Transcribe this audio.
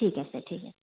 ঠিক আছে ঠিক আছে